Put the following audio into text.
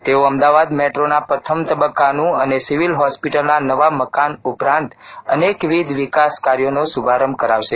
તેઓ અમદાવાદ મેટ્રોના પ્રથમ તબક્કાનું અને સિવિલ હોસ્પિટલના નવા મકાન ઉપરાંત અનેક વિકાસ કાર્યોનો શૂભારંભ કરાવશે